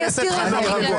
אני שואלת שאלה ברורה.